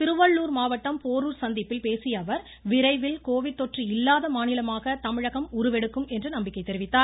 திருவள்ளூர் மாவட்டம் போரூர் சந்திப்பில் பேசியஅவர் விரைவில் கோவிட் தொற்று இல்லாத மாநிலமாக தமிழகம் உருவெடுக்கும் என்றார்